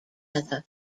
other